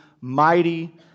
mighty